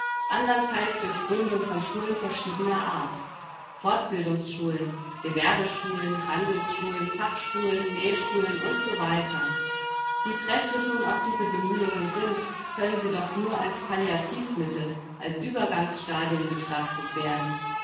anderntheils durch gründung von schulen verschiedener art fortbildungsschulen gewerbeschulen handelsschulen fachschulen nähschulen u s w wie trefflich nun auch diese bemühungen sind können sie doch nur als palliativmittel als uebergangsstadien betrachtet werden